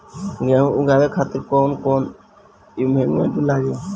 गेहूं उगावे खातिर कौन कौन इक्विप्मेंट्स लागी?